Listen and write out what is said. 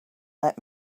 let